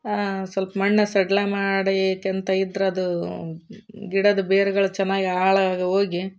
ಸ್ವಲ್ಪ ಮಣ್ಣು ಸಡಿಲ ಮಾಡಕಂತ ಇದ್ರೆ ಅದು ಗಿಡದ ಬೇರುಗಳು ಚೆನ್ನಾಗಿ ಆಳಕ ಹೋಗಿ